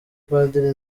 padiri